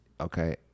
okay